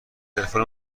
تلفن